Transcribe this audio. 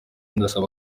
ndasaba